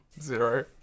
Zero